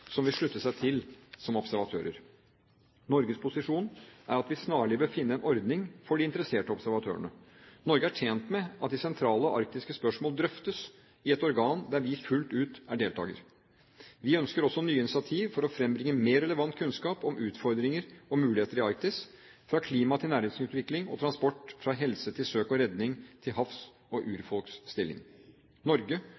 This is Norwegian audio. som vil slutte seg til som observatører. Norges posisjon er at vi snarlig bør finne en ordning for de interesserte observatørene. Norge er tjent med at de sentrale arktiske spørsmål drøftes i et organ der vi fullt ut er deltaker. Vi ønsker også nye initiativ for å frembringe mer relevant kunnskap om utfordringer og muligheter i Arktis, fra klima til næringsutvikling og transport, fra helse til søk og redning til havs og